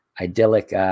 idyllic